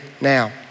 now